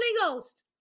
Ghost